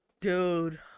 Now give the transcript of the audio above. dude